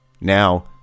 now